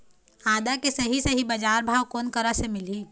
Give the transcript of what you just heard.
आदा के सही सही बजार भाव कोन करा से मिलही?